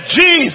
Jesus